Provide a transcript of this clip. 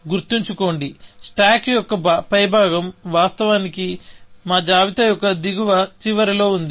గుర్తుంచుకోండి స్టాక్ యొక్క పైభాగం వాస్తవానికి మా జాబితా యొక్క దిగువ చివరలో ఉంది